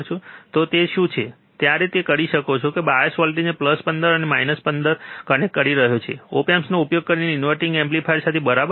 તો તે શું છે અત્યારે તે કરી રહ્યો છે કે તે બાયસ વોલ્ટેજને પ્લસ 15 માઇનસ 15 ને કનેક્ટ કરી રહ્યો છે ઓપ એમ્પનો ઉપયોગ કરીને ઇન્વર્ટીંગ એમ્પ્લીફાયર સાથે બરાબર